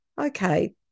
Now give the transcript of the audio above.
okay